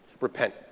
Repent